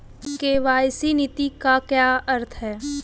KYC नीति का क्या अर्थ है?